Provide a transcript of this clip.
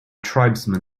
tribesmen